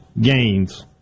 gains